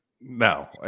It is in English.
no